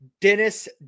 Dennis